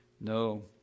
No